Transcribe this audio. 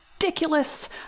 ridiculous